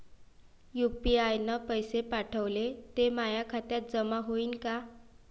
UPI न पैसे पाठवले, ते माया खात्यात जमा होईन का?